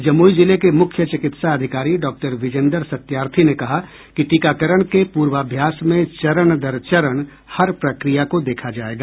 जमुई जिले के मुख्य चिकित्सा अधिकारी डॉक्टर विजेन्दर सत्यार्थी ने कहा कि टीकाकारण के पूर्वाभ्यास में चरण दर चरण हर प्रक्रिया को देखा जायेगा